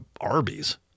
Arby's